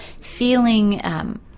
feeling